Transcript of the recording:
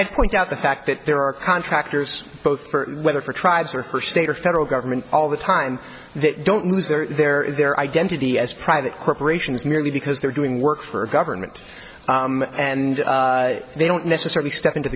i point out the fact that there are contractors both whether tribes or her state or federal government all the time they don't lose their their their identity as private corporations merely because they're doing work for a government and they don't necessarily step into